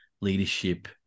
leadership